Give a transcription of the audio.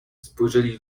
spojrzeli